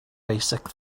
basic